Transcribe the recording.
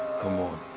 come on.